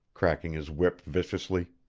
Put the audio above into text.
cracking his whip viciously.